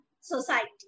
society